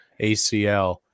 ACL